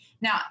Now